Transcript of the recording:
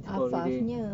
holiday